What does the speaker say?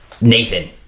Nathan